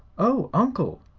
oh, uncle!